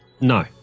No